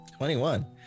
21